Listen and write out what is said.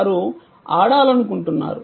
వారు ఆడాలనుకుంటున్నారు